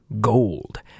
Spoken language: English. gold